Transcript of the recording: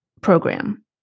program